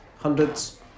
hundreds